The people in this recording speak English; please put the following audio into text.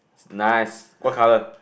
nice what colour